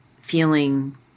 feeling